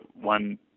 one